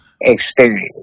experience